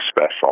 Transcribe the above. special